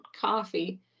coffee